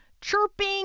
chirping